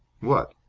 what?